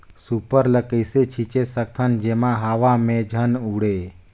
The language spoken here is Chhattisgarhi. सुपर ल कइसे छीचे सकथन जेमा हवा मे झन उड़े?